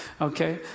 Okay